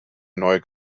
neu